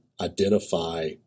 identify